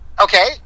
Okay